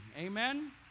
Amen